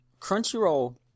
Crunchyroll